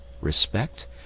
respect